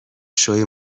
شوی